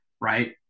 right